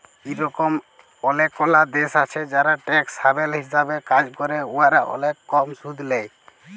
ইরকম অলেকলা দ্যাশ আছে যারা ট্যাক্স হ্যাভেল হিসাবে কাজ ক্যরে উয়ারা অলেক কম সুদ লেই